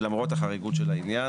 ולמרות החריגות של העניין,